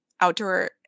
outdoor